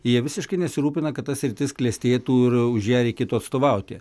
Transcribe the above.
jie visiškai nesirūpina kad ta sritis klestėtų ir už ją reikėtų atstovauti